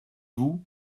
vous